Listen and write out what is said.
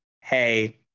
hey